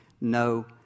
no